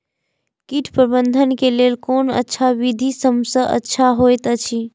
कीट प्रबंधन के लेल कोन अच्छा विधि सबसँ अच्छा होयत अछि?